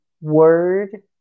word